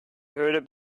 heard